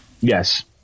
Yes